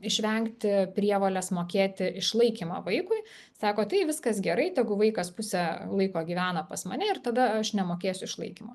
išvengti prievolės mokėti išlaikymą vaikui sako tai viskas gerai tegu vaikas pusę laiko gyvena pas mane ir tada aš nemokėsiu išlaikymo